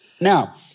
Now